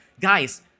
Guys